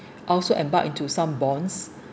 I also embark into some bonds